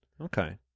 Okay